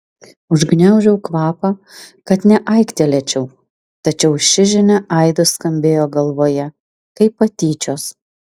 užgniaužiau kvapą kad neaiktelėčiau tačiau ši žinia aidu skambėjo galvoje kaip patyčios